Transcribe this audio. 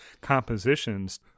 compositions